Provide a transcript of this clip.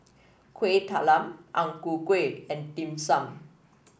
Kuih Talam Ang Ku Kueh and Dim Sum